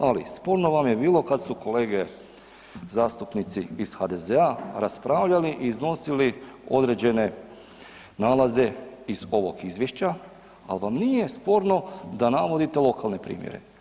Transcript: Ali sporno vam je bilo kad su kolege zastupnici iz HDZ-a raspravljali i iznosili određene nalaze iz ovog Izvješća, ali vam nije sporno da navodite lokalne primjere.